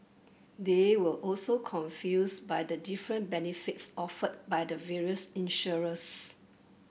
they were also confused by the different benefits offered by the various insurers